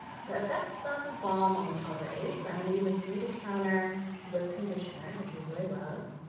so i've got some balm on already, but i'm gonna use this beautycounter lip conditioner, which i really love.